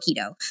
keto